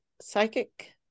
psychic